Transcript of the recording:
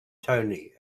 tony